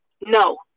No